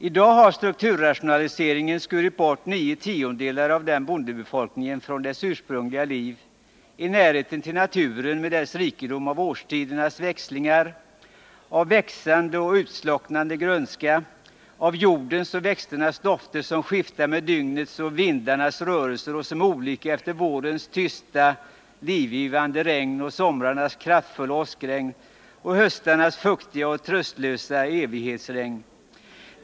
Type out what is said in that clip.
I dag har strukturrationaliseringen skurit bort nio tiondelar av den bondebefolkningen från dess ursprungliga liv i närhet till naturen med dess rikedom i årstidernas växlingar, i växande och utslocknande grönska, i jordens och växternas dofter som skiftar med dygnet och vindarnas rörelser och som är olika efter vårens tysta och livgivande regn, efter somrarnas kraftfulla åskregn och efter höstarnas fuktiga och tröstlösa evighetsregn.